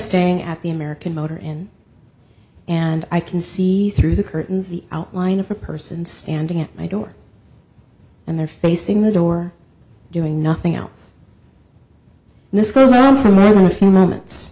staying at the american motor inn and i can see through the curtains the outline of a person standing at my door and they're facing the door doing nothing else and this goes on for more than a few moments